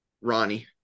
Ronnie